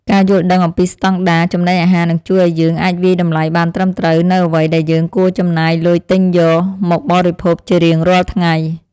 ការយល់ដឹងអំពីស្តង់ដារចំណីអាហារនឹងជួយឲ្យយើងអាចវាយតម្លៃបានត្រឹមត្រូវនូវអ្វីដែលយើងគួរចំណាយលុយទិញយក មកបរិភោគជារៀងរាល់ថ្ងៃ។